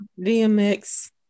DMX